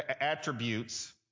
attributes